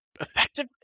effective